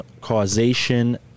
causation